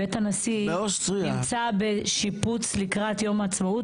בית הנשיא נמצא בשיפוץ לקראת יום העצמאות,